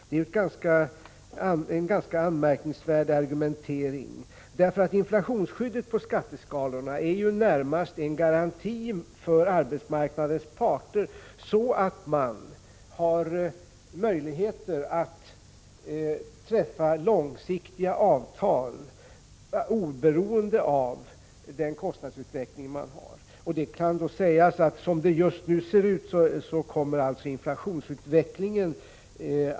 Det är en ganska anmärkningsvärd argumentering. Inflationsskyddet i skatteskalorna är närmast en garanti för arbetsmarknadens parter, så att de har möjligheter att träffa långsiktiga avtal oberoende av kostnadsutvecklingen. Som det just nu ser ut kommer inflationen att gå ner.